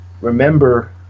remember